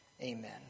Amen